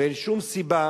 ואין שום סיבה